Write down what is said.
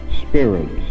spirits